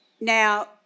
Now